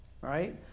Right